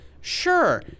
sure